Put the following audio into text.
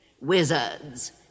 Wizards